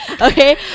Okay